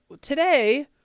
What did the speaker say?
today